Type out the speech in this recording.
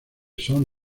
son